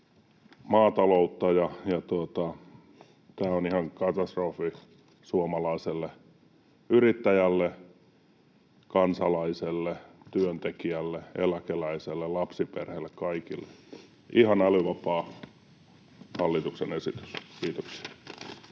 maataloutta, ja tämä on ihan katastrofi suomalaiselle yrittäjälle, kansalaiselle, työntekijälle, eläkeläiselle, lapsiperheille, kaikille. Ihan älyvapaa hallituksen esitys. — Kiitoksia.